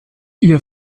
ihr